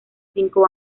cinco